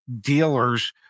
dealers